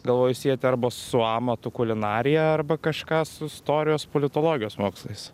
galvoju sieti arba su amatu kulinarija arba kažką su istorijos politologijos mokslais